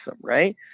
right